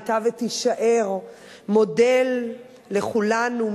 היתה ותישאר מודל לכולנו,